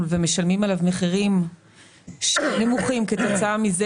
ומשלמים עליו מחירים נמוכים כתוצאה מזה